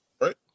Right